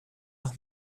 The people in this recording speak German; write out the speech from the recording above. noch